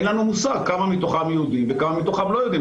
אין לנו מושג כמה מתוכם יהודים וכמה מתוכם לא יהודים.